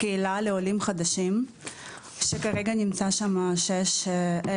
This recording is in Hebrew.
קהילה לעולים חדשים שכרגע נמצאים שם 6,000